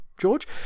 George